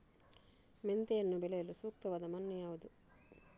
ಮೆಂತೆಯನ್ನು ಬೆಳೆಯಲು ಸೂಕ್ತವಾದ ಮಣ್ಣು ಯಾವುದು?